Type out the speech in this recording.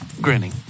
grinning